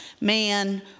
man